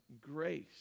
grace